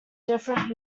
different